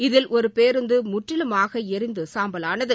இதில் ஒரு பேருந்து முற்றிலுமாக எரிந்து சாம்பலானது